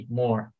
more